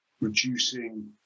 reducing